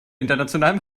internationalem